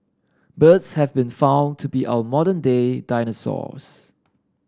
birds have been found to be our modern day dinosaurs